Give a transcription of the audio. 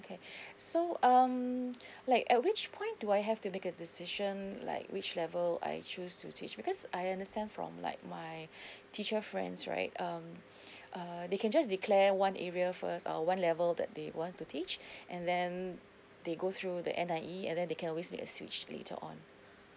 okay so um like at which point do I have to make a decision like which level I choose to teach because I understand from like my teacher friends right um uh they can just declare one area first or one level that they want to teach and then they go through the N_I_E and then they can always make a switch later on